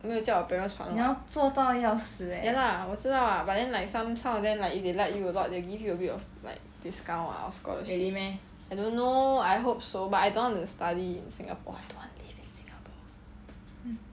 没有叫我 parents 还 [what] ya lah 我知道啊 but then like some some of them like if they like you a lot they give you a bit of like discount ah or scholarship I don't know I hope so but I don't want to study in singapore I don't want live in singapore